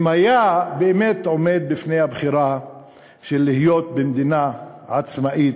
אם היה באמת עומד בפני הבחירה של להיות במדינה עצמאית,